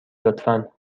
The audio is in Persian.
لطفا